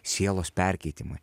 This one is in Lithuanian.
sielos perkeitimui